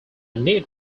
net